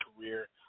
career